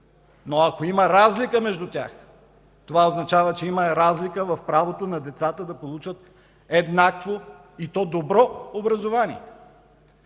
но ако има разлика между тях, това означава, че има и разлика в правото на децата да получат еднакво, и то добро образование.